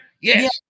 Yes